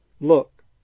Look